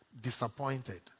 Disappointed